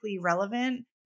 relevant